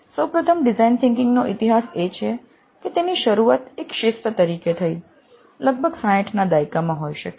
સૌપ્રથમ design thinking નો ઇતિહાસ એ છે કે તેની શરૂઆત એક શિસ્ત તરીકે થઈ લગભગ 60 ના દાયકામાં હોઈ શકે છે